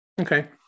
Okay